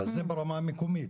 אבל זה ברמה המקומית,